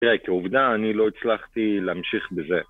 תראה כעובדה אני לא הצלחתי להמשיך בזה